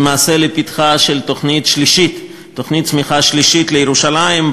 למעשה לפתחה של תוכנית צמיחה שלישית לירושלים.